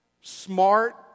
smart